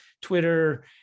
Twitter